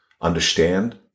understand